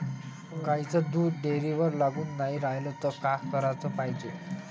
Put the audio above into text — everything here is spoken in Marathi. गाईचं दूध डेअरीवर लागून नाई रायलं त का कराच पायजे?